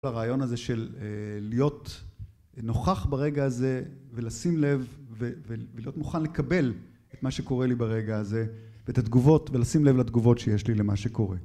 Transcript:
הרעיון הזה של להיות נוכח ברגע הזה ולשים לב ולהיות מוכן לקבל את מה שקורה לי ברגע הזה ואת התגובות ולשים לב לתגובות שיש לי למה שקורה